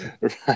Right